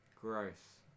Gross